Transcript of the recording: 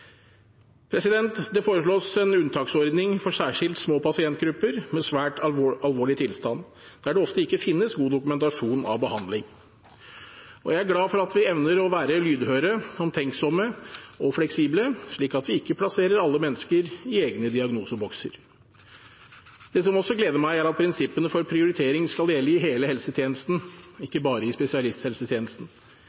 Det foreslås en unntaksordning for særskilt små pasientgrupper med svært alvorlig tilstand der det ofte ikke finnes god dokumentasjon av behandling. Jeg er glad for at vi evner å være lydhøre, omtenksomme og fleksible slik at vi ikke plasserer alle mennesker i egne diagnosebokser. Det som også gleder meg, er at prinsippene for prioritering skal gjelde i hele helsetjenesten,